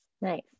nice